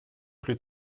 plus